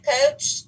Coach